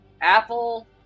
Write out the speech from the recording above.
Apple